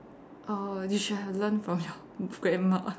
uh you should have learnt from your grandma